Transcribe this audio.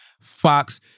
Fox